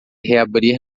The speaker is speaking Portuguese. reabrir